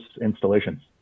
installations